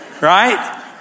right